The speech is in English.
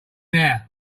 now